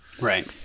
Right